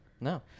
No